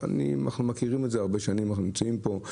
אנחנו מכירים את זה הרבה שנים, ואנחנו נמצאים פה.